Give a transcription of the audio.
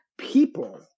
people